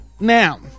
Now